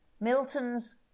Milton's